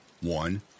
One